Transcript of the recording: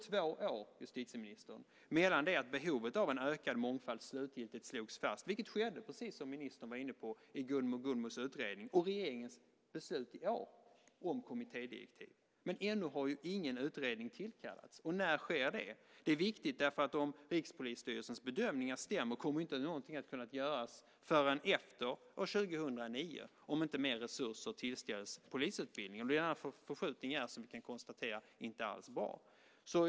Det har nu gått två år mellan det att behovet av en ökad mångfald slutgiltigt slogs fast, vilket, precis som ministern var inne på, skedde i Gunno Gunnmos utredning, och regeringens beslut i år om kommittédirektiv. Men ännu har ingen utredning tillkallats. När sker det? Det är viktigt. Om Rikspolisstyrelsens bedömningar stämmer kommer ju inte någonting att kunna göras förrän efter år 2009, om inte mer resurser tillställs polisutbildningen. Det är denna förskjutning som vi kan konstatera inte alls är bra.